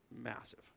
massive